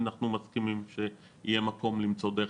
אנחנו מסכימים שיהיה מקום למצוא דרך